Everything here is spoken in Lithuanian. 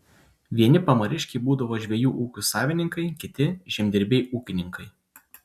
vieni pamariškiai būdavo žvejų ūkių savininkai kiti žemdirbiai ūkininkai